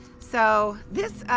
so, this,